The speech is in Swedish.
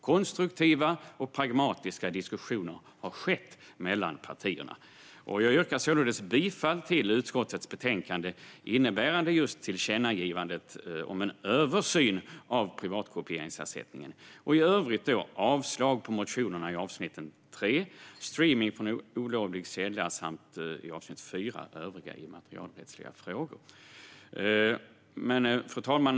Konstruktiva och pragmatiska diskussioner har skett mellan partierna. Jag yrkar således bifall till utskottets förslag gällande tillkännagivandet om en översyn av privatkopieringsersättningen och i övrigt avslag på motionerna under punkterna 3, Streamning från olovlig källa, och 4, Övriga immaterialrättsliga frågor. Fru talman!